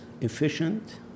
efficient